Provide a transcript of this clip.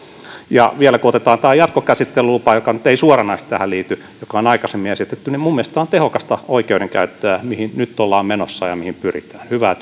systeemillä hoitaa vielä kun otetaan tämä jatkokäsittelylupa joka nyt ei suoranaisesti tähän liity vaan joka on aikaisemmin esitetty niin mielestäni tämä on tehokasta oikeudenkäyttöä mihin nyt ollaan menossa ja mihin pyritään hyvää